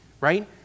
Right